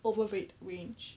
overweight range